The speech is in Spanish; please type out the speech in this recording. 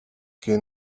que